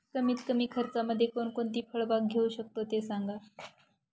कमीत कमी खर्चामध्ये कोणकोणती फळबाग घेऊ शकतो ते सांगा